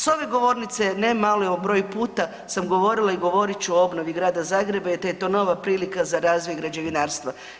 S ove govornice nemali broj puta sam govorila i govorit ću o obnovi grada Zagreba jer je to nova prilika za razvoj građevinarstva.